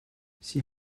sie